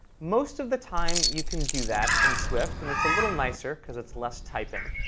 most of the time, you can do that in swift. and it's a little nicer, because it's less typing.